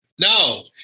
No